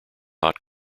hot